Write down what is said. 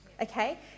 Okay